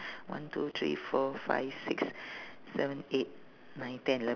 one two three four five six seven eight nine ten ele~